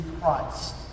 Christ